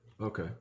Okay